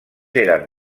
eren